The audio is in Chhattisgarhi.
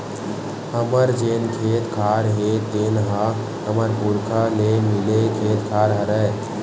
हमर जेन खेत खार हे तेन ह हमर पुरखा ले मिले खेत खार हरय